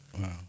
Wow